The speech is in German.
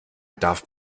darf